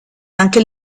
anche